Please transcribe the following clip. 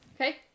Okay